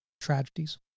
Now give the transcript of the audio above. tragedies